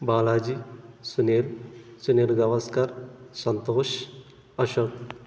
Balaji Sunil Sunil Gavaskar Santosh Ashok